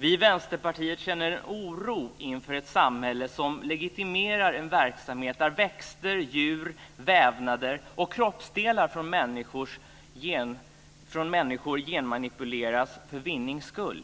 Vi i Vänsterpartiet känner en oro inför ett samhälle som legitimerar en verksamhet där växter, djur, vävnader och kroppsdelar från människor genmanipuleras för vinnings skull.